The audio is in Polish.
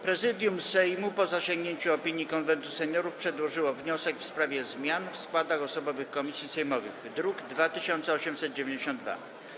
Prezydium Sejmu, po zasięgnięciu opinii Konwentu Seniorów, przedłożyło wniosek w sprawie zmian w składach osobowych komisji sejmowych, druk nr 2892.